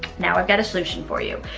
now i've got a solution for you.